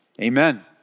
Amen